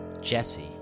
Jesse